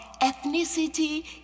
ethnicity